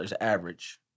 average